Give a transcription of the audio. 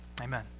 amen